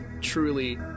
truly